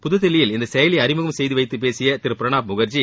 புதுதில்லியில் இந்த செயலியை அறிமுகம் செய்து பேசிய திரு பிரணாப் முகர்ஜி